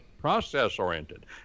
process-oriented